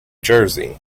jersey